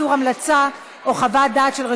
יש אזרחים